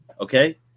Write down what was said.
Okay